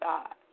God